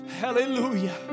Hallelujah